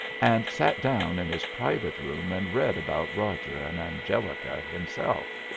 and sat down in his private room and read about roger and angelica himself.